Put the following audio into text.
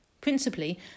Principally